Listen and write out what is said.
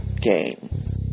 game